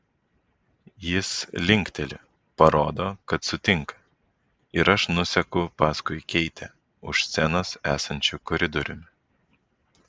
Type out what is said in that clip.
jis linkteli parodo kad sutinka ir aš nuseku paskui keitę už scenos esančiu koridoriumi